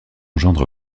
gendre